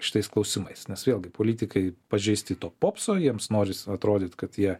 šitais klausimais nes vėlgi politikai pažeisti to popso jiems noris atrodyt kad jie